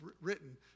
written